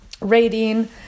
rating